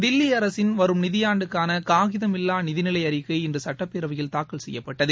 தில்லிஅரசின் வரும் நிதியாண்டுக்கானகாகிதமில்லாநிதிநிலைஅறிக்கை இன்றுசட்டப்பேரவையில் தாக்கல் செய்யப்பட்டது